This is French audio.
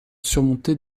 surmontés